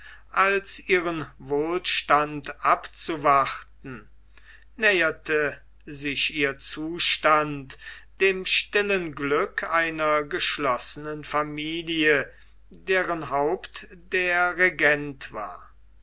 als ihren wohlstand abzuwarten näherte sich ihr zustand dem stillen glück einer geschlossenen familie deren haupt der regent war